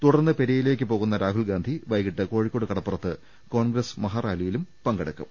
തുടർന്ന് പെരിയയി ലേക്ക് പോകുന്ന രാഹുൽഗാന്ധി വൈകീട്ട് കോഴിക്കോട് കടപ്പു റത്ത് കോൺഗ്രസ് മഹാറാലിയിൽ പങ്കെടുക്കും